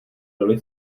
dali